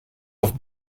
auf